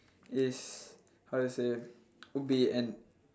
is how to say would be an